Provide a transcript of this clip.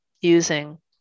using